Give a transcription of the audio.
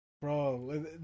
Bro